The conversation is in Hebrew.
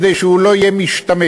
כדי שהוא לא יהיה משתמט.